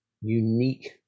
unique